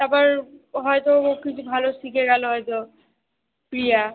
তারপর ও হয়তো একটু ভালো শিখে গেল হয়তো প্রিয়া